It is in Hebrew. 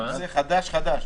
זה נושא חדש-חדש.